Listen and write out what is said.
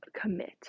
commit